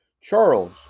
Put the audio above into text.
Charles